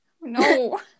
no